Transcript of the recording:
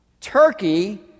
Turkey